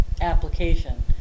application